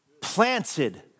Planted